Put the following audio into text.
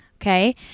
Okay